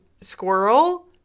squirrel